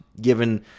given